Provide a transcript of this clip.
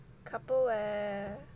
couple wear